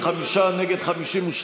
ההסתייגות (4) של קבוצת סיעת מרצ,